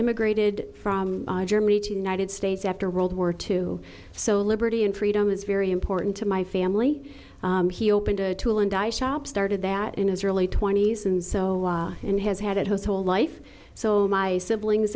immigrated from germany to united states after world war two so liberty and freedom is very porton to my family he opened a tool and die shop started that in his early twenty's and so and has had it his whole life so my siblings